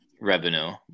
revenue